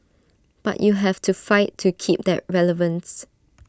but you have to fight to keep that relevance